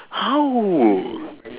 how